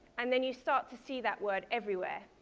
and then you start to see that word everywhere?